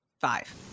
Five